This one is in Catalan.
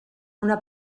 una